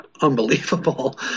unbelievable